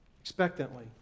expectantly